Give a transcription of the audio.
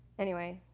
anyway,